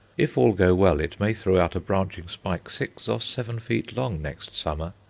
if all go well, it may throw out a branching spike six or seven feet long next summer,